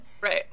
Right